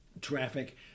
traffic